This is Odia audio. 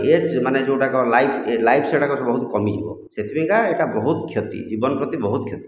ଏଜ୍ ମାନେ ଯେଉଁଟାକ ଲାଇଫ୍ ଲାଇଫ୍ ସେଗୁଡ଼ାକ ବହୁତ କମିଯିବ ସେଥିପାଇଁକା ଏଟା ବହୁତ କ୍ଷତି ଜୀବନ ପ୍ରତି ବହୁତ କ୍ଷତି